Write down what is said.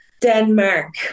Denmark